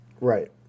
Right